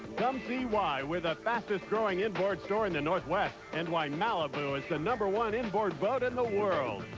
come see why we're the fastest-growing inboard store in the northwest and why malibu is the number one inboard boat in the world.